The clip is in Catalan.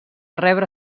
rebre